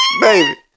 baby